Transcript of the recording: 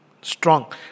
strong